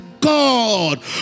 God